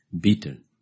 beaten